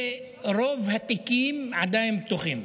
ורוב התיקים עדיין פתוחים.